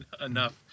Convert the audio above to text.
enough